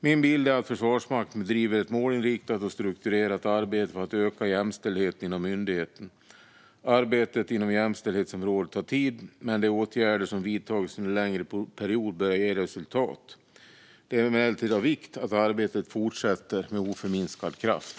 Min bild är att Försvarsmakten bedriver ett målinriktat och strukturerat arbete för att öka jämställdheten inom myndigheten. Arbetet inom jämställdhetsområdet tar tid, men de åtgärder som vidtagits under en längre period börjar ge resultat. Det är emellertid av vikt att arbetet fortsätter med oförminskad kraft.